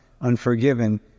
unforgiven